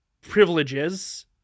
privileges